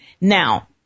Now